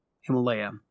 Himalaya